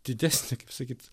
didesnę kaip sakyt